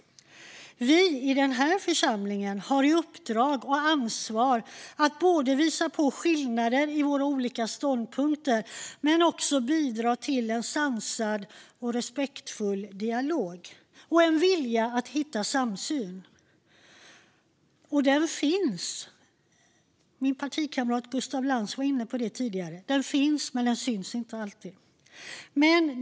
Vi i den här församlingen har i uppdrag och ansvar att både visa på skillnader i våra olika ståndpunkter och bidra till en sansad och respektfull dialog och en vilja att hitta samsyn. Och, som min partikamrat Gustaf Lantz var inne på tidigare: Den finns, men den syns inte alltid.